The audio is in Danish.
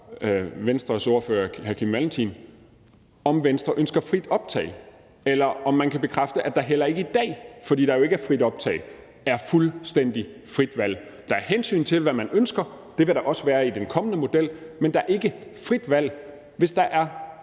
Venstres ordfører, hr. Kim Valentin, om Venstre ønsker frit optag, eller om man kan bekræfte, at der heller ikke i dag – fordi der jo ikke er frit optag – er fuldstændig frit valg. Der er hensynet til, hvad man ønsker. Det vil der også være i den kommende model. Men der er ikke frit valg, hvis der er